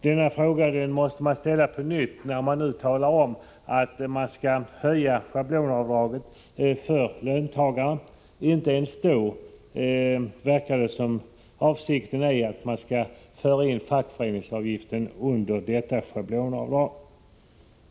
Denna fråga måste ställas på nytt när regeringen nu talar om att man skall höja schablonavdraget för löntagarna. Inte ens då verkar det som om avsikten är att man skall föra in fackföreningsavgiften under schablonavdraget.